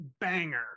banger